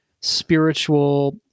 spiritual